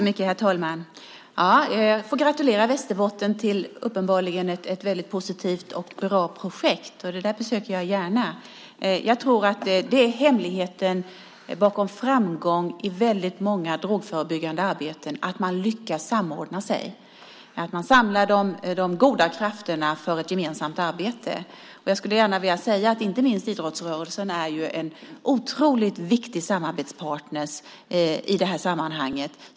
Herr talman! Jag får gratulera Västerbotten till ett positivt och bra projekt. Det besöker jag gärna. Hemligheten bakom framgången i många drogförebyggande arbeten är att man lyckas samordna sig. De goda krafterna samlas för ett gemensamt arbete. Inte minst idrottsrörelsen är en otroligt viktig samarbetspartner i det här sammanhanget.